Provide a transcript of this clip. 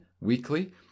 weekly